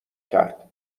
کرد